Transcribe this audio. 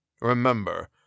Remember